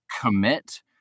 commit